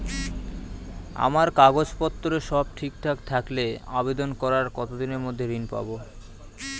আমার কাগজ পত্র সব ঠিকঠাক থাকলে আবেদন করার কতদিনের মধ্যে ঋণ পাব?